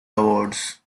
award